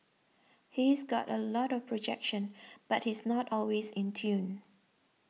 he's got a lot of projection but he's not always in tune